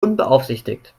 unbeaufsichtigt